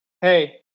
hey